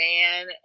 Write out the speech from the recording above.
man